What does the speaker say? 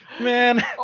man